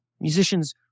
Musicians